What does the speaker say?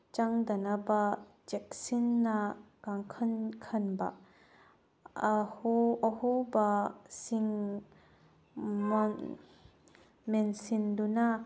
ꯆꯪꯗꯅꯕ ꯆꯦꯛꯁꯤꯟꯅ ꯀꯥꯡꯈꯜ ꯈꯟꯕ ꯑꯍꯣꯕꯁꯤꯡ ꯃꯦꯟꯁꯤꯟꯗꯨꯅ